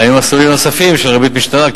קיימים מסלולים נוספים של ריבית משתנה,